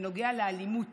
בנוגע לאלימות